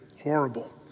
horrible